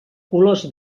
colors